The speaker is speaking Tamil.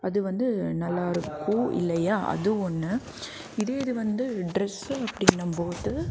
அது வந்து நல்லா இருக்கும் இல்லையா அது ஒன்று இதே இது வந்து ட்ரெஸ்ஸு அப்படின்னம்போது